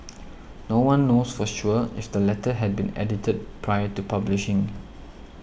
no one knows for sure if the letter had been edited prior to publishing